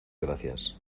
gracias